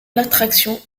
l’attraction